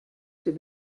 ces